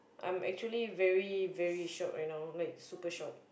I'm actually very very shocked you know like super shocked